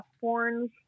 horns